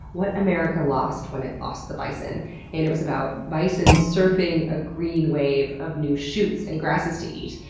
what america lost when it lost the bison and it was about bison surfing a green wave of new shoots and grasses to eat.